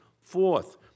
Fourth